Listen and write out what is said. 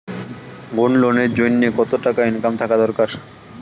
Gold loan এর জইন্যে কতো টাকা ইনকাম থাকা দরকার?